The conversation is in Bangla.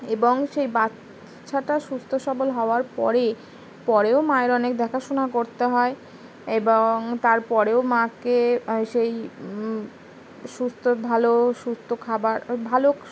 এবং সেই বাচ্চাটা সুস্থ সবল হওয়ার পরে পরেও মায়ের অনেক দেখাশোনা করতে হয় এবং তারপরেও মাকে সেই সুস্থ ভালো সুস্থ খাবার ভালো